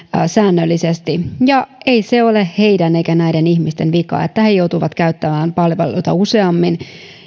säännöllisesti ja ei se ole heidän eikä näiden ihmisten vika että he joutuvat käyttämään palveluita useammin